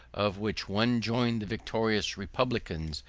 of which one joined the victorious republicans,